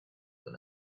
than